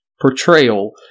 portrayal